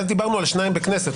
אנחנו דיברנו על שניים בכנסת.